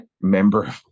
member